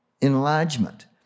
enlargement